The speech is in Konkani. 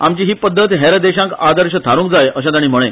आमची ही पध्दत हेर देशांक आदर्श थारूंक जाय अशे ताणी म्हळे